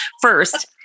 first